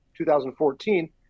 2014